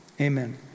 Amen